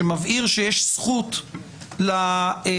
שמבהירה שיש זכות לנאשם,